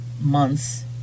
months